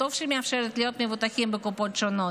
וטוב שמאפשרת להיות בקופות שונות,